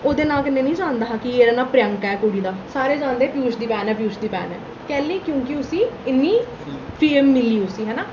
ओह्दे नां ते निं जानदा हा कि एह्दा नां प्रयंका ऐ कुड़ी दा सारे जानदे हे पियूश दी भैन ऐ पियूश दी भैन ऐ कैह्ली क्योंकि उसी इन्नी फेम मिली उसी है ना